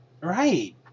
Right